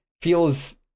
feels